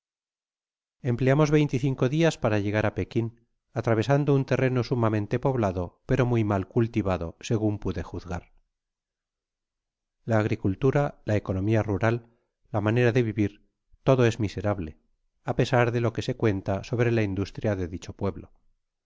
cinco dias para llegar á pekin atravesando un terreno sumamente poblado pero muy mal cultivado segun pude juzgar la agricultura la economía rural la manera de vivir todo es miserable pesar de lo que se cuenta sobre la industria de dicho pueblo